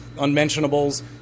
unmentionables